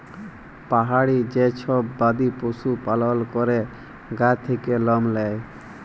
পাহাড়ি যে সব বাদি পশু লালল ক্যরে গা থাক্যে লম লেয়